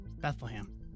bethlehem